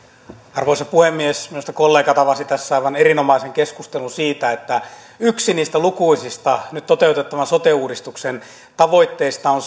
arvoisa puhemies minusta kollegat avasivat tässä aivan erinomaisen keskustelun siitä että yksi niistä lukuisista nyt toteutettavan sote uudistuksen tavoitteista on